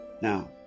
now